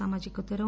సామాజిక దూరం